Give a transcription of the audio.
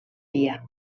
dia